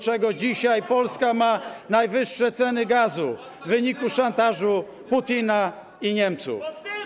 czego dzisiaj Polska ma najwyższe ceny gazu - w wyniku szantażu Putina i Niemców?